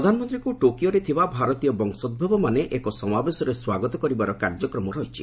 ପ୍ରଧାନମନ୍ତ୍ରୀଙ୍କୁ ଟୋକିଓରେ ଥିବା ଭାରତୀୟ ବଂଶୋଭବମାନେ ଏକ ସମାବେଶରେ ସ୍ୱାଗତ କରିବାର କାର୍ଯ୍ୟକ୍ରମ ରହିଛି